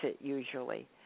usually